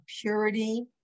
purity